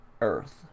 Earth